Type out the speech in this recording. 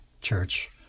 church